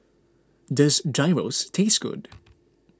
does Gyros taste good